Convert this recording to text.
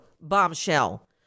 bombshell